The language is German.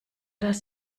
das